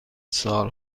سال